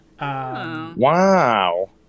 Wow